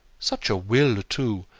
such a will, too!